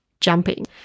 jumping